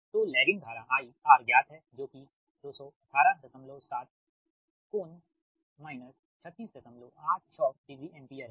तो लैगिंग धारा IR ज्ञात है जो कि 2187∟ 36860 एम्पीयर है